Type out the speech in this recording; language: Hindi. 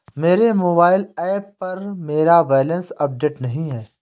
मेरे मोबाइल ऐप पर मेरा बैलेंस अपडेट नहीं है